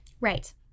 Right